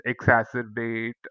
exacerbate